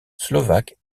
slovaque